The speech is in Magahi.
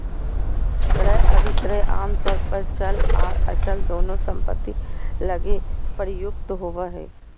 क्रय अभिक्रय आमतौर पर चल आर अचल दोनों सम्पत्ति लगी प्रयुक्त होबो हय